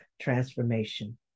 transformation